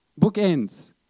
bookends